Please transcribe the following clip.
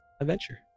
adventure